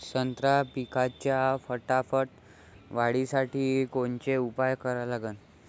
संत्रा पिकाच्या फटाफट वाढीसाठी कोनचे उपाव करा लागन?